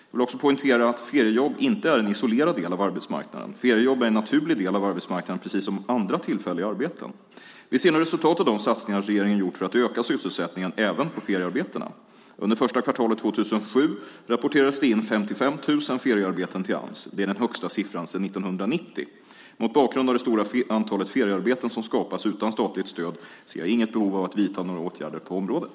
Jag vill också poängtera att feriejobb inte är en isolerad del av arbetsmarknaden. Feriejobb är en naturlig del av arbetsmarknaden precis som andra tillfälliga arbeten. Vi ser nu resultat av de satsningar som regeringen gjort för att öka sysselsättningen även på feriearbetena. Under första kvartalet 2007 rapporterades det in 55 000 feriearbeten till Ams. Det är den högsta siffran sedan 1990. Mot bakgrund av det stora antalet feriearbeten som skapas utan statligt stöd ser jag inget behov av att vidta några åtgärder på området.